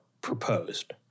proposed